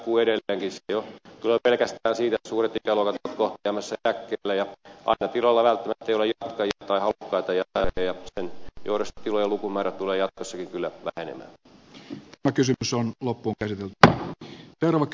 se jo tulee pelkästään siitä että suuret ikäluokat ovat kohta jäämässä eläkkeelle ja aina tiloilla ei välttämättä ole jatkajia tai halukkaita jatkajia ja sen johdosta tilojen lukumäärä tulee jatkossakin kyllä vähenemään